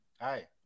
Hi